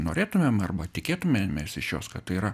norėtumėm arba tikėtumėmės iš jos kad tai yra